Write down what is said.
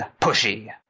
pushy